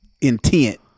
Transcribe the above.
intent